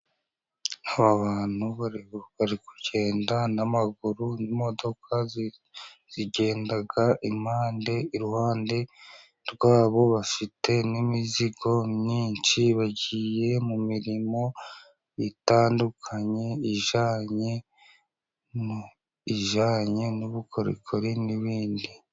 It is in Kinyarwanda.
Aba bantu bari kugenda n'amaguru. Imodoka zigenda impande iruhande rwabo bafite n'imizigo myinshi bagiye mu mirimo itandukanye ijyananye, ijyanye n'ubukorikori n'ibindi.